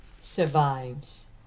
survives